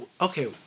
okay